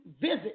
visit